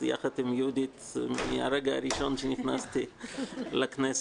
יחד עם יהודית מהרגע הראשון שנכנסתי לכנסת,